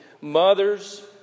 mothers